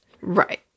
right